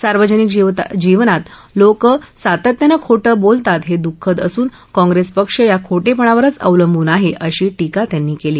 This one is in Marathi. सार्वजनिक जीवनात लोक सातत्यानं खोट बस्तित हक्रिखद असून काँग्रस्त पक्ष या खोटप्रिावरच अवलंबून आह अशी टीका त्यांनी कल्ली